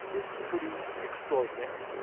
is pretty extraordinary.